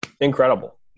incredible